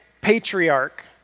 patriarch